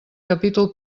capítol